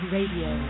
Radio